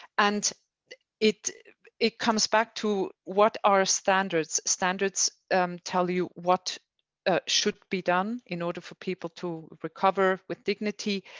and it it comes back to what our standards, standards um tell you what ah should be done in order for people to recover with dignity.